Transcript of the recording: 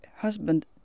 husband